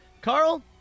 Carl